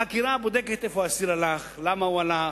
החקירה בודקת לאיפה האסיר הלך, למה הוא הלך,